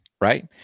Right